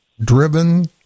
driven